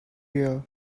year